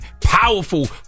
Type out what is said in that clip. Powerful